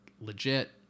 legit